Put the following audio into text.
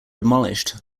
demolished